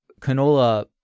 canola